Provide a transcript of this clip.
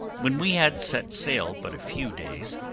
when we had set sail but a few days,